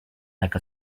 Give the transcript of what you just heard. like